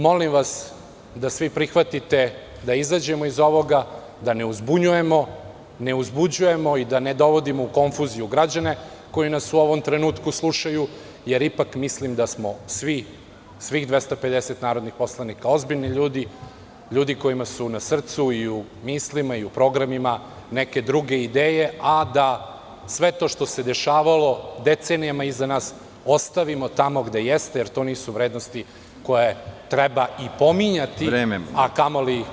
Molim vas da svi prihvatite da izađemo iz ovoga, da ne uzbunjujemo, ne uzbuđujemo i ne dovodimo u konfuziju građane koji nas u ovom trenutku slušaju, jer ipak mislim da smo svih 250 narodnih poslanika ozbiljni ljudi, ljudi kojima su na srcu, i u mislima i u programima neke druge ideje, a da sve to što se dešavalo decenijama iza nas ostavimo tamo gde jeste, jer to nisu vrednosti koje treba i pominjati, a kamoli promovisati.